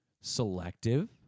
selective